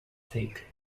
thick